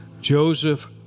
Joseph